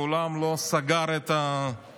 הוא מעולם לא סגר את הדלת.